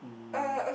um